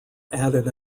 added